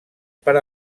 per